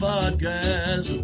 Podcast